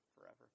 forever